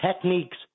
techniques